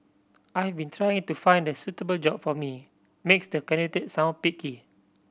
I've been trying to find the suitable job for me makes the candidate sound picky